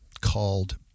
called